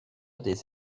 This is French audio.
des